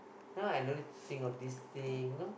now I no need to think of this thing you know